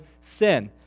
sin